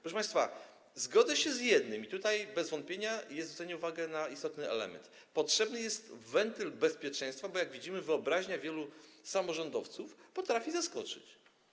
Proszę państwa, zgodzę się z jednym, i tutaj bez wątpienia należy zwrócić uwagę na istotny element: potrzebny jest wentyl bezpieczeństwa, bo jak widzimy, wyobraźnia wielu samorządowców potrafi zaskoczyć.